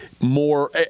More